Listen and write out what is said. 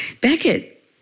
Beckett